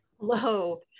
Hello